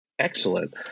Excellent